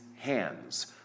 hands